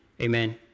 Amen